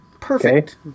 Perfect